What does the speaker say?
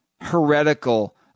heretical